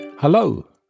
Hello